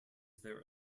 their